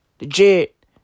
Legit